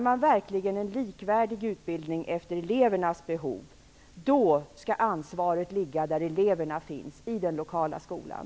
Om man verkligen menar en likvärdig utbildning i enlighet med elevernas behov skall ansvaret finnas där eleverna finns, i den lokala skolan.